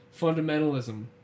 Fundamentalism